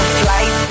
flight